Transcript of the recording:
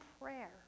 prayer